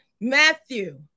matthew